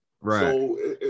Right